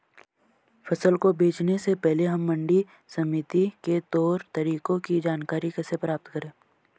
फसल को बेचने से पहले हम मंडी समिति के तौर तरीकों की जानकारी कैसे प्राप्त करें?